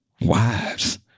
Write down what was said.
Wives